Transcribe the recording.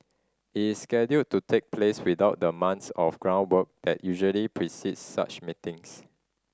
it is scheduled to take place without the months of groundwork that usually precedes such meetings